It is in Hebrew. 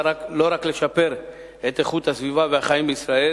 לא רק לשפר את איכות הסביבה והחיים בישראל,